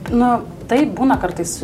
nu taip būna kartais